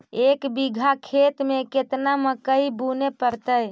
एक बिघा खेत में केतना मकई बुने पड़तै?